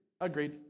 Agreed